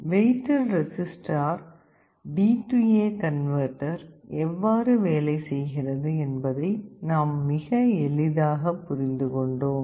weighted resistor DA converter எவ்வாறு வேலை செய்கிறது என்பதை நாம் மிக எளிதாக புரிந்து கொண்டோம்